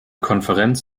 konferenz